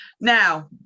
Now